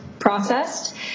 processed